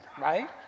Right